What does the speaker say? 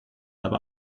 aber